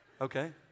Okay